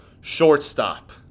Shortstop